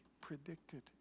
predicted